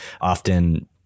often